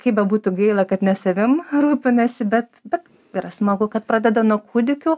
kaip bebūtų gaila kad ne savim rūpinasi bet bet yra smagu kad pradeda nuo kūdikių